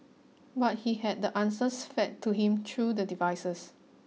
but he had the answers fed to him through the devices